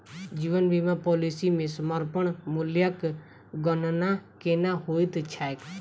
जीवन बीमा पॉलिसी मे समर्पण मूल्यक गणना केना होइत छैक?